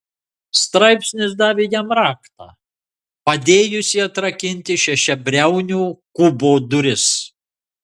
straipsnis davė jam raktą padėjusį atrakinti šešiabriaunio kubo duris